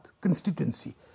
constituency